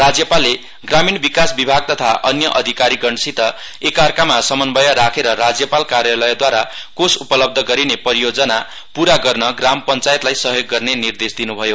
राज्यपालले ग्रामीण विकास विभाग तथा अन्य अधिकारीगणसित एकार्कामा समन्वय राखेर राज्यपाल कार्यालयदवारा कोष उपलब्ध गरिने परियोजना पूरा गर्न ग्राम पञ्चायतलाई सहयोग गर्ने निर्देश दिन्भयो